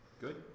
Good